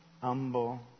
humble